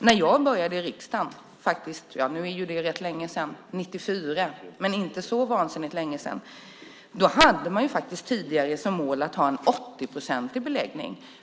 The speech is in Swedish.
När jag började i riksdagen - det är rätt länge sedan, 1994, men inte så vansinnigt länge sedan - hade man faktiskt tidigare som mål att ha en 80-procentig beläggning.